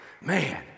man